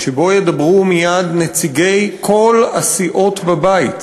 שבו ידברו מייד נציגי כל הסיעות בבית,